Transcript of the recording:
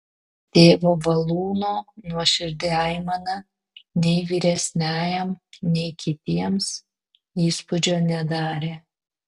tėvo valūno nuoširdi aimana nei vyresniajam nei kitiems įspūdžio nedarė